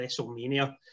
WrestleMania